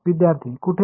विद्यार्थी कुठे